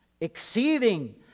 exceeding